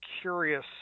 curious